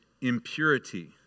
impurity